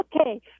Okay